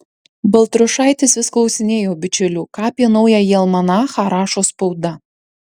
baltrušaitis vis klausinėjo bičiulių ką apie naująjį almanachą rašo spauda